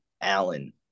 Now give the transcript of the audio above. Allen